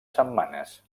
setmanes